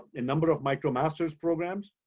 a number of micromasters programs.